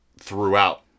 throughout